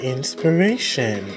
Inspiration